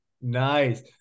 Nice